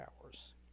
hours